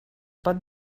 pot